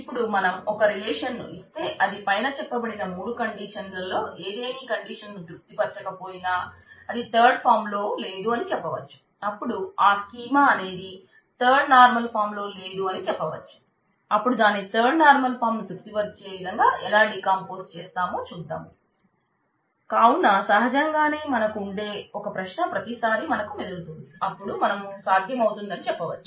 ఇపుడు మనం ఒక రిలేషన్ను ఇస్తే అది పైన చెప్పబడిన మూడు కండిషన్లలో ఏదేని కండీషన్ను తృప్తి పరచక పోయిన అది థర్డ్ నార్మల్ ఫాం చేస్తామో చూద్దాం కావున సహజంగానే మనకు ఉండే ఒక ప్రశ్న ప్రతి సారీ మనకు మెదులుతుంది అపుడు మనం సాధ్యం అవుతుందని చెప్పవచ్చు